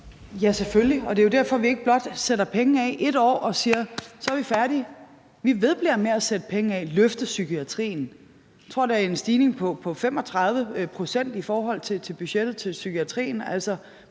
Ja, selvfølgelig. Og det er jo derfor, vi ikke blot sætter penge af ét år og siger: Så er vi færdige. Vi vedbliver med at sætte penge af og løfte psykiatrien. Jeg tror, der er en stigning på 35 pct. i forhold til budgettet til psykiatrien.